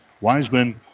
Wiseman